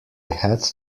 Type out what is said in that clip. had